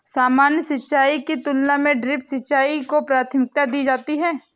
सामान्य सिंचाई की तुलना में ड्रिप सिंचाई को प्राथमिकता दी जाती है